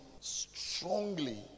strongly